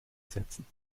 setzen